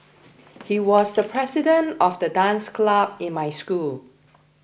he was the president of the dance club in my school